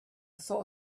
saw